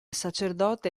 sacerdote